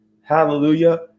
Hallelujah